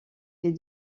fait